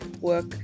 work